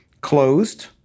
closed